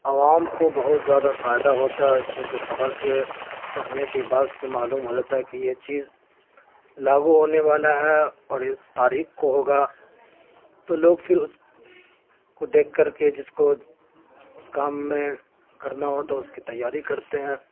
عوام کو بہت زیادہ فائدہ ہوتا ہے چونکہ خبر کے پڑھنے کے بعد سے معلوم ہو جاتا ہے کہ یہ چیز لاگو ہونے والا ہے اور اس تاریخ کو ہوگا تو لوگ پھر اس کو دیکھ کر کے جس کو اس کام میں کرنا ہو تو اس کی تیاری کرتے ہیں